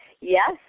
Yes